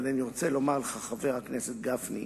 אבל אני רוצה לומר לך, חבר הכנסת גפני,